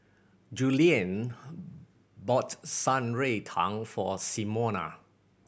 Julianne bought Shan Rui Tang for Simona